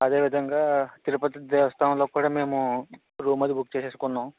అదే విధంగా తిరుపతి దేవస్థానంలో కూడా మేము రూమ్ అది బుక్ చేసేస్కున్నాం